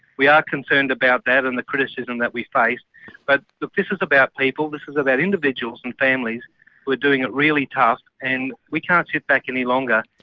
we are concerned about that and the criticism that we face but look, this is about people. this is about individuals and families who are doing it really tough and we can't sit back any longer.